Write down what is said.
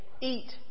eat